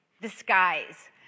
disguise